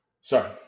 sorry